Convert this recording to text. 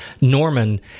Norman